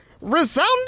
resounded